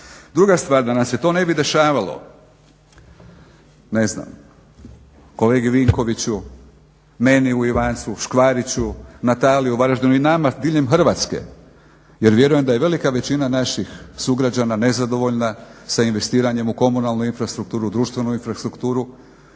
Druga stvar, da nam se to ne bi dešavalo ne znam kolegi Vinkoviću, meni u Ivancu, Škvariću, Nataliji u Varaždinu i nama diljem Hrvatske jer vjerujem da je velika većina naših sugrađana nezadovoljna sa investiranjem u komunalnu infrastrukturu, društvenu infrastrukturu